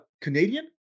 Canadian